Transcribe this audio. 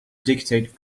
dictate